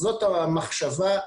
זאת המחשבה.